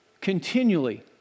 continually